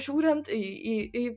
žiūrint į į į